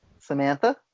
Samantha